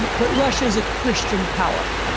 and but russia is a christian power.